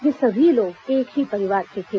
ये सभी लोग एक ही परिवार के थे